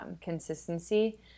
consistency